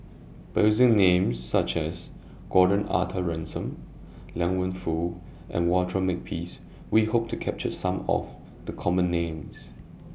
By using Names such as Gordon Arthur Ransome Liang Wenfu and Walter Makepeace We Hope to capture Some of The Common Names